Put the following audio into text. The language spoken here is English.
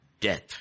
death